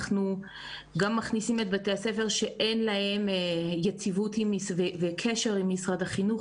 אנחנו מכניסים גם את בתי הספר שאין להם יציבות וקשר עם משרד החינוך